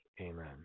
Amen